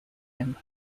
him